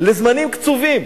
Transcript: לזמנים קצובים.